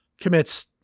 commits